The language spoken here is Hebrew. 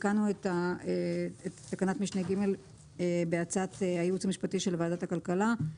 תיקנו את תקנת משנה (ג) לפי הצעת הייעוץ המשפטי של ועדת הכלכלה.